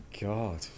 god